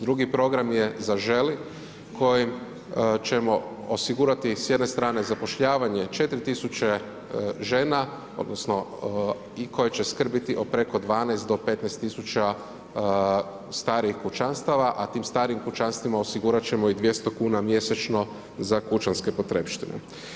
Drugi program je Zaželi kojim ćemo osigurati s jedne strane zapošljavanje 4000 žena odnosno koje će skrbiti preko 12 do 15000 starijih kućanstava, a tim starijim kućanstvima osigurat ćemo i 200 kuna mjesečno za kućanske potrepštine.